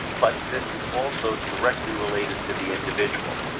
but this is also directly related to the individual.